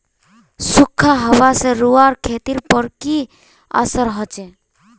सुखखा हाबा से रूआँर खेतीर पोर की असर होचए?